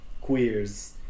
queers